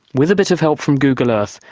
with a bit of help from google earth,